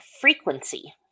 frequency